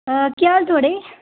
हां केह् हाल ऐ थुआढ़ा